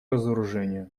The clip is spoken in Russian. разоружению